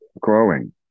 growing